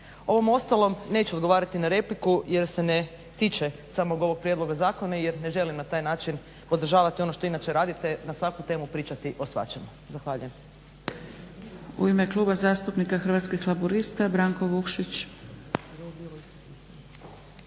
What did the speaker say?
Ovom ostalom neću odgovarati na repliku jer se ne tiče samog ovog prijedloga zakona jer ne želim na taj način podržavati ono što inače radite. Na svaku temu pričati o svačemu. Zahvaljujem.